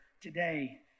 today